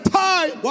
time